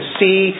see